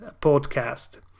podcast